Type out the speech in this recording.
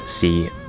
see